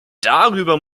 darüber